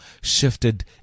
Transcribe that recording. shifted